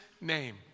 name